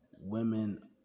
women